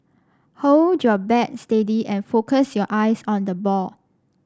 hold your bat steady and focus your eyes on the ball